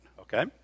Okay